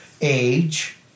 age